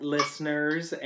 listeners